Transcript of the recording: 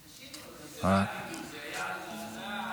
כי זה לא היה בדיוק, זה היה דיון כללי,